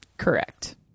correct